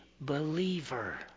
believer